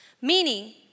Meaning